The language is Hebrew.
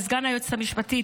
לסגן היועצת המשפטית.